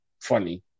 funny